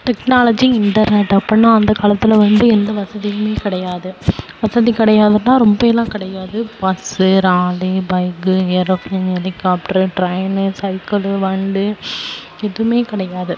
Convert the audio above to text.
technology internet அப்புடினா அந்த காலத்தில் வந்து எந்த வசதியுமே கிடையாது வசதி கிடையாதுன்னா ரொம்பலாம் கிடையாது bus lorry bike aeroplane helicopter train cycle வண்டி எதுவுமே கிடையாது